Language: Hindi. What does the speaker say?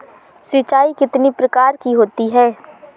सिंचाई कितनी प्रकार की होती हैं?